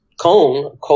cone